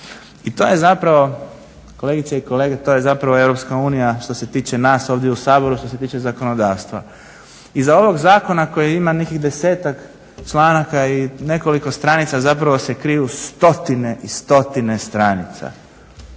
I to je zapravo, kolegice i kolege, to je zapravo EU što se tiče nas ovdje u Saboru, što se tiče zakonodavstva. Iza ovog zakona koji ima nekih desetak članaka i nekoliko stranica, zapravo se kriju stotine i stotine stranica